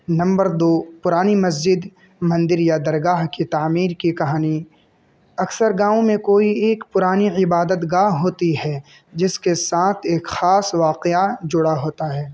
number دو پرانی مسجد مندر یا درگاہ کی تعمیر کی کہانی اکثر گاؤں میں کوئی ایک پرانی عبادت گاہ ہوتی ہے جس کے ساتھ ایک خاص واقعہ جڑا ہوتا ہے